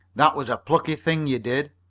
that was a plucky thing you did,